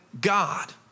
God